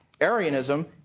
Arianism